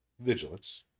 vigilance